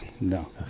No